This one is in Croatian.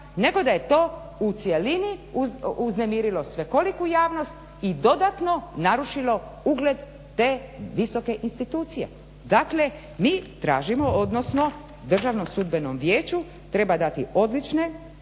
nego da je to u cjelini uznemirilo svekoliku javnost i dodatno narušilo ugled te visoke institucije. Dakle, mi tražimo odnosno Državnom sudbenom vijeću treba dati odlične,